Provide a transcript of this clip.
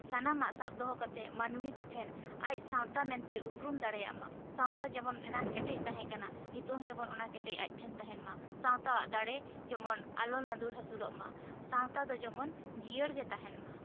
ᱥᱟᱱᱟᱢᱟᱜ ᱥᱟᱜ ᱫᱚᱦᱚ ᱠᱟᱛᱮ ᱢᱟᱹᱱᱢᱤ ᱠᱚᱴᱷᱮᱱ ᱟᱡ ᱥᱟᱶᱛᱟ ᱢᱮᱱ ᱛᱮ ᱩᱯᱩᱨᱩᱢ ᱫᱟᱲᱮᱭᱟᱜ ᱢᱟ ᱥᱟᱶᱛᱟ ᱡᱮᱢᱚᱱ ᱮᱱᱟᱝ ᱠᱮᱴᱮᱡ ᱛᱟᱦᱮᱱ ᱠᱟᱱᱟ ᱱᱤᱛᱚᱜ ᱦᱚᱸ ᱡᱮᱢᱚᱱ ᱚᱱᱟ ᱠᱮᱴᱮᱡ ᱟᱡ ᱴᱷᱮᱱ ᱛᱟᱦᱮᱱ ᱢᱟ ᱥᱟᱶᱛᱟᱣᱟᱜ ᱫᱟᱲᱮ ᱟᱞᱚ ᱞᱟᱹᱫᱩᱠ ᱦᱟᱹᱥᱩᱲᱚᱜ ᱢᱟ ᱥᱟᱶᱛᱟ ᱫᱚ ᱡᱮᱢᱚᱱ ᱡᱤᱭᱟᱹᱲ ᱜᱮ ᱛᱟᱦᱮᱱ ᱢᱟ